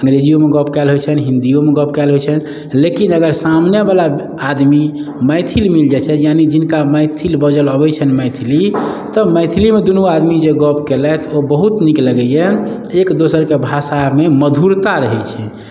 अंग्रेजियोमे गप्प कयल होइ छनि हिन्दियोमे गप्प कयल होइ छनि लेकिन अगर सामने बला आदमी मैथिल मिल जाइ छथि यानि जिनका मैथिली बजलए अबै छनि मैथिली तऽ मैथिलीमे दुनू आदमी जे गप्प केलथि ओ बहुत नीक लगैया एक दोसरके भाषामे मधुरता रहै छै